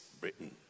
Britain